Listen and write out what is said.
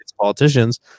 politicians